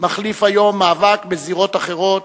מחליף היום מאבק בזירות אחרות,